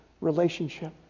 relationship